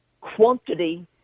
quantity